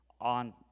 on